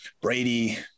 Brady